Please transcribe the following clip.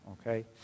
okay